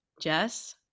jess